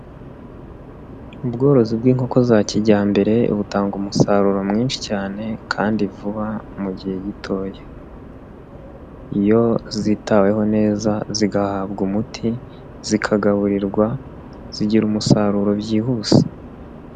Ubworozi bw'inkoko za kijyambere butanga umusaruro mwinshi cyane kandi vuba mu gihe gitoya. Iyo zitaweho neza zigahabwa umuti, zikagaburirwa, zigira umusaruro byihuse.